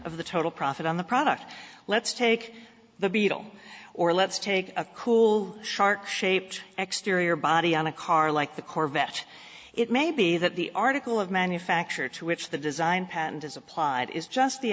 of the total profit on the product let's take the beetle or let's take a cool shark shaped exterior body on a car like the corvette it may be that the article of manufacture to which the design patent is applied is just the